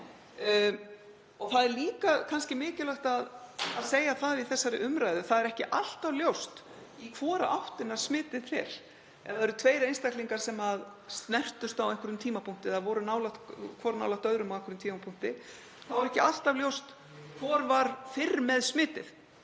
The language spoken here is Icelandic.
Það er líka mikilvægt að segja það í þessari umræðu að það er ekki alltaf ljóst í hvora áttina smitið fer. Ef það eru tveir einstaklingar sem snertust á einhverjum tímapunkti, eða voru hvor nálægt öðrum á einhverjum tímapunkti, þá er ekki alltaf ljóst hvor var fyrr með smitið.